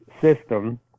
system